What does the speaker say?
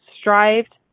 strived